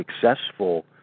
successful